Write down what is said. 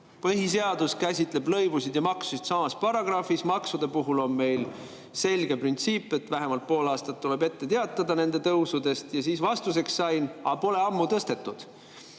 põhiseadus käsitleb lõivusid ja maksusid samas paragrahvis, maksude puhul on meil selge printsiip, et vähemalt pool aastat tuleb ette teatada nende tõusudest, ja siis vastuseks sain: aga pole ammu tõstetud